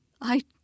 I